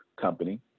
company